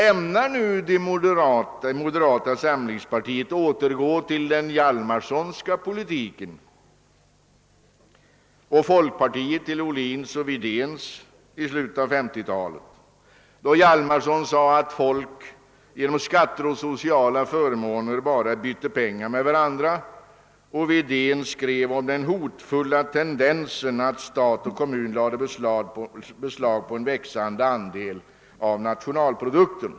Ämnar nu moderata samlingspartiet återgå till den Hjalmarsonska politiken och folkpartiet till Ohlins och Wedéns politik från slutet av 1950-talet, då Hjalmarson sade att folk genom skatter och sociala förmåner »bara byter pengar med varandra» och Wedén skrev om den »hotfulla tendensen« att stat och kommun lade beslag på en växande andel av nationalprodukten?